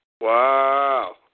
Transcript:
Wow